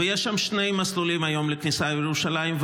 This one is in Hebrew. ויש שם שני מסלולים היום לכניסה לירושלים,